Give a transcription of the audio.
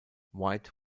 white